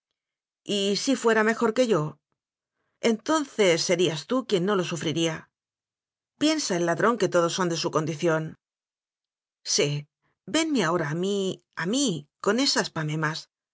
sufriría y si fuera mejor que yo entonces serías tú quien no lo sufriría piensa el ladrón que todos son de su condición sí venme ahora a mí a mí con esas pamemas